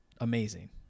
amazing